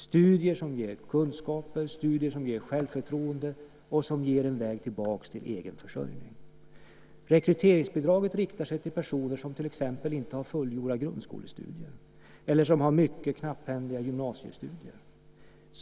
Studier ger kunskaper, ger självförtroende och ger en väg tillbaka till egen försörjning. Rekryteringsbidraget riktar sig till personer som till exempel inte har fullgjorda grundskolestudier eller som har mycket knapphändiga gymnasiestudier.